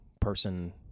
person